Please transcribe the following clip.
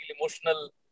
emotional